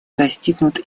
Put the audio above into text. достигнут